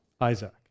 Isaac